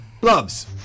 Gloves